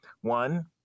One